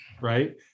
Right